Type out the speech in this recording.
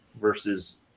versus –